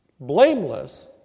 blameless